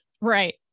Right